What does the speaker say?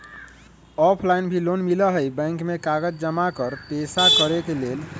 Offline भी loan मिलहई bank में कागज जमाकर पेशा करेके लेल?